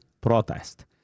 protest